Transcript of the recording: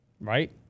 right